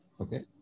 okay